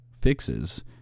fixes